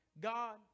God